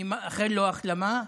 אני מאחל לו החלמה,